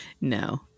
No